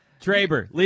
Traber